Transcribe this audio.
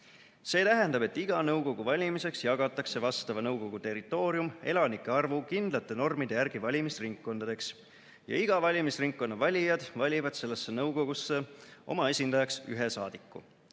See tähendab, et iga nõukogu valimiseks jagatakse vastava nõukogu territoorium elanike arvu kindlate normide järgi valimisringkondadeks ja iga valimisringkonna valijad valivad sellesse nõukogusse oma esindajaks ühe saadiku.